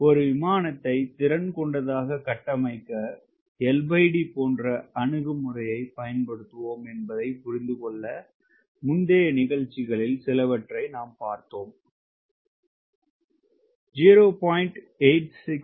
ஒரு விமானத்தை திறன் கொண்டதாக கட்டமைக்க LD போன்ற அணுகுமுறையைப் பயன்படுத்துவோம் என்பதைப் புரிந்து கொள்ள முந்தய நிகழ்வுகளில் சிலவற்றை நாம் பார்த்தோம் மற்றும் 0